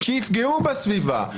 שיפגעו בסביבה,